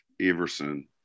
Everson